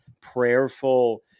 prayerful